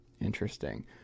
Interesting